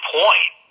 point